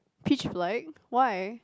pitch black why